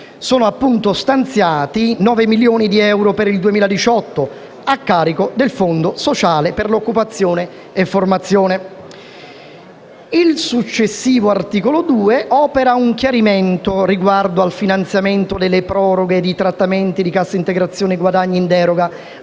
sono appunto stanziati 9 milioni di euro per il 2018 a carico del Fondo sociale per l'occupazione e formazione. Il successivo articolo 2 opera un chiarimento riguardo al finanziamento delle proroghe di trattamenti di Cassa integrazione guadagni in deroga